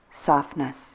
softness